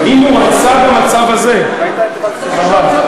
"אם הוא רצה במצב הזה" אהה.